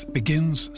begins